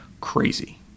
crazy